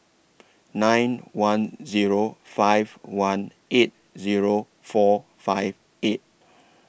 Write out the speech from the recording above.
nine one Zero five one eight Zero four five eight